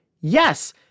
Yes